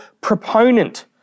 proponent